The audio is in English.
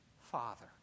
Father